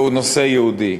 והוא נושא יהודי.